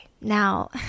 Now